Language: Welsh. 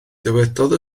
dywedodd